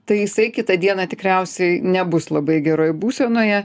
tai jisai kitą dieną tikriausiai nebus labai geroj būsenoje